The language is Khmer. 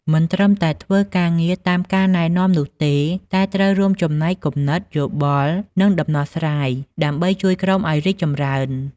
មិនត្រឹមតែធ្វើការងារតាមការណែនាំនោះទេ តែត្រូវរួមចំណែកគំនិត យោបល់ និងដំណោះស្រាយ ដើម្បីជួយក្រុមឱ្យរីកចម្រើន។